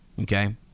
Okay